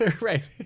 Right